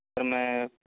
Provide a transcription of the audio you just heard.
سر میں